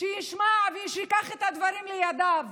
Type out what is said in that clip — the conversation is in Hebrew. שישמע וייקח את הדברים לידיו: